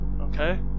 Okay